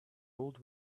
old